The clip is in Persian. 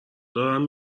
دارم